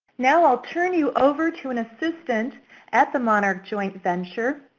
now i'll turn you over to an assistant at the monarch joint venture,